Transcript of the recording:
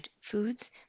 foods